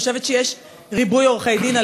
חושבת שיש ריבוי עורכי-דין.